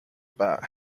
about